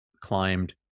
climbed